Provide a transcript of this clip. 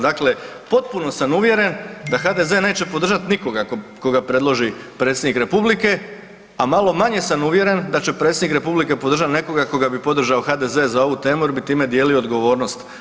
Dakle, potpuno sam uvjeren da HDZ neće podržati nikoga koga predloži predsjednik Republike, a malo manje sam uvjeren da će predsjednik Republike podržati nekoga koga bi podržao HDZ za ovu temu, jer bi time dijelio odgovornost.